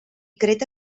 creta